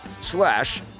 slash